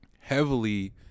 heavily